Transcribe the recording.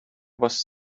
was